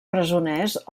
presoners